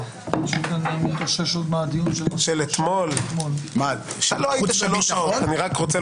מתוך הצעת חוק התכנית הכלכלית (תיקוני חקיקה